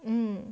um